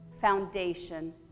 foundation